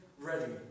ready